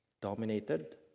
Dominated